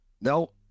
No